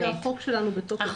כרגע החוק שלנו בתוקף, צריך לציין.